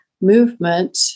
movement